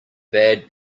bad